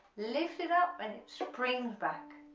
lift it up and it springs back